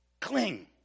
cling